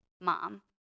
Mom